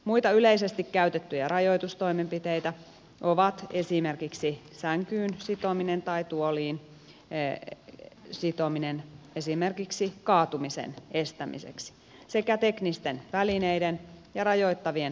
muita yleisesti käytettyjä rajoitustoimenpiteitä ovat esimerkiksi sänkyyn sitominen tai tuoliin sitominen esimerkiksi kaatumisen estämiseksi sekä teknisten välineiden ja rajoittavien asusteiden käyttö